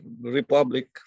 republic